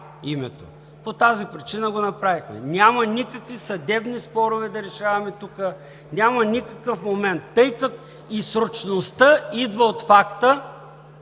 По тази причина го направихме. Няма никакви съдебни спорове да решаваме тук, няма никакъв момент. Срочността идва от факта,